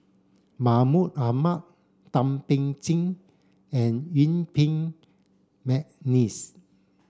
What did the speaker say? Mahmud Ahmad Thum Ping Tjin and Yuen Peng McNeice